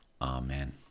Amen